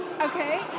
Okay